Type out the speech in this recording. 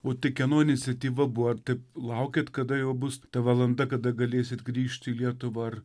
o tai kieno iniciatyva buvo ar taip laukėt kada jau bus ta valanda kada galėsit grįžt į lietuvą ar